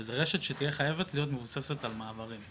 וזו רשת שצריכה להיות מבוססת על מעברים.